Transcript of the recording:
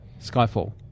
Skyfall